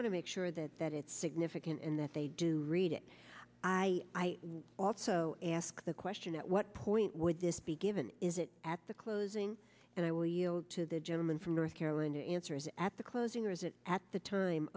to make sure that that it's significant and that they do read it i also ask the question at what point would this be given is it at the closing and i will yield to the gentleman from north carolina answers at the closing or is it at the time